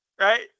Right